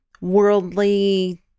worldly